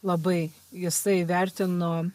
labai jisai vertino